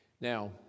Now